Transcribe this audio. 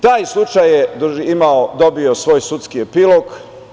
Taj slučaj je dobio svoj sudski epilog.